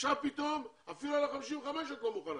עכשיו פתאום אפילו על ה-55 את לא מוכנה.